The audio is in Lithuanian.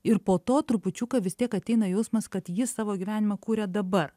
ir po to trupučiuką vis tiek ateina jausmas kad jis savo gyvenimą kuria dabar